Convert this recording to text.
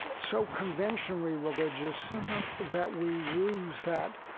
so conventionally religious that we lose that,